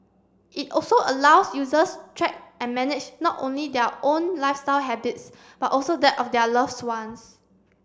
it also allows users track and manage not only their own lifestyle habits but also that of their loves ones